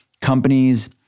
companies